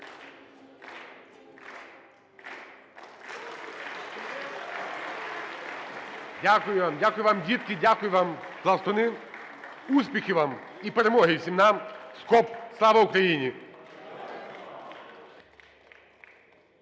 дякую вам, дітки! Дякую вам, пластуни! Успіхів вам і перемоги всім нам! СКОБ! Слава Україні!